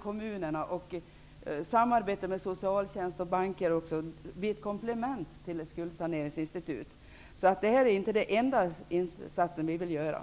Kommunernas åtgärder i samarbete med socialtjänst och banker kan bli ett komplement till ett skuldsaneringsinstitut. Det här är således inte den enda insatsen som vi vill göra.